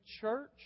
church